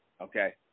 okay